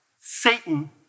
Satan